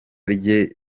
rye